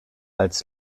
als